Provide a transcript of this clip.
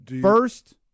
first